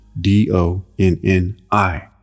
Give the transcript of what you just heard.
D-O-N-N-I